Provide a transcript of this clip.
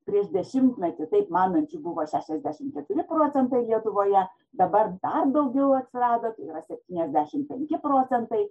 prieš dešimtmetį taip manančių buvo šešiasdešimt keturi procentai lietuvoje dabar dar daugiau atsirado tai yra septynaisdešimt penki procentai